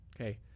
Okay